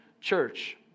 church